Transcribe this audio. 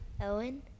owen